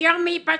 היום היא בת